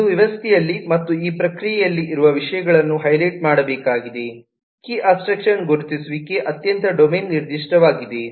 ಇದು ವ್ಯವಸ್ಥೆಯಲ್ಲಿ ಮತ್ತು ಈ ಪ್ರಕ್ರಿಯೆಯಲ್ಲಿ ಇರುವ ವಿಷಯಗಳನ್ನು ಹೈಲೈಟ್ ಮಾಡಬೇಕಾಗಿದೆ ಕೀ ಅಬ್ಸ್ಟ್ರಾಕ್ಷನ್ ಗುರುತಿಸುವಿಕೆ ಅತ್ಯಂತ ಡೊಮೇನ್ ನಿರ್ದಿಷ್ಟವಾಗಿದೆ